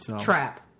Trap